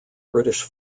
british